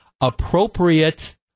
appropriate